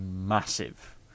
massive